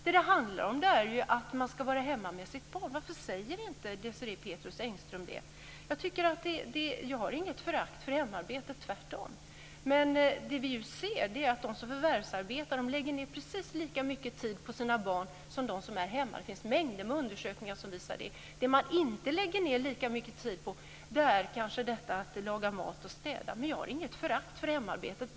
Vad det handlar om är ju att man ska vara hemma med sitt barn. Varför säger inte Desirée Jag har inget förakt för hemarbete - tvärtom! Men vad vi ser är att de som förvärvsarbetar lägger ned precis lika mycket tid på sina barn som de som är hemma. Det finns en mängd undersökningar som visar det. Vad man inte lägger ned lika mycket tid på är kanske matlagning och städning och jag har heller inget förakt för hemarbete.